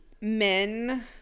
Men